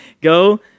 go